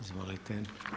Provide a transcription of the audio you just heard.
Izvolite.